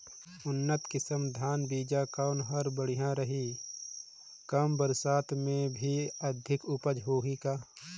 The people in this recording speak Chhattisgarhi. उन्नत किसम धान बीजा कौन हर बढ़िया रही? कम बरसात मे भी अधिक उपज होही का?